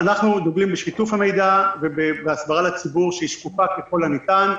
אנחנו דוגלים בשיתוף המידע והסברה לציבור שהיא שקופה ככל הניתן.